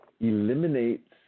eliminates